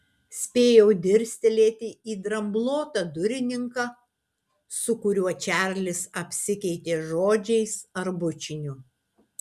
spėjau dirstelėti į dramblotą durininką su kuriuo čarlis apsikeitė žodžiais ar bučiniu